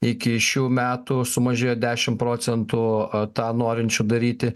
iki šių metų sumažėjo dešim procentų tą norinčių daryti